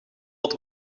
het